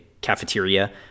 cafeteria